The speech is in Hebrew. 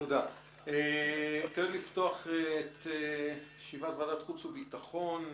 אני מתכבד לפתוח את ישיבת ועדת החוץ והביטחון.